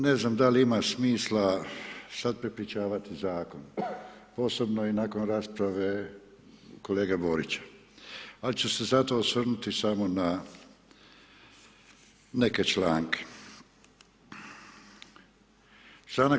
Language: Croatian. Ne znam da li ima smisla sad prepričavati Zakon, posebno i nakon rasprave kolege Borića, al' ću se zato osvrnuti samo na neke članke.